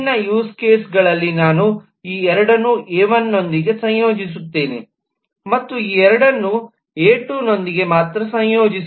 ಮತ್ತು ವಿಭಿನ್ನ use case caseಗಳಲ್ಲಿ ನಾನು ಈ ಎರಡನ್ನು ಎ 1 ನೊಂದಿಗೆ ಸಂಯೋಜಿಸುತ್ತೇನೆಮತ್ತು ಎ 2 ನೊಂದಿಗೆ ಈ ಎರಡು ಮಾತ್ರ